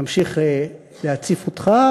נמשיך להציף אותך.